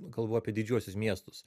galvoju apie didžiuosius miestus